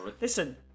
listen